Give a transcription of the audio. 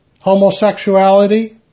homosexuality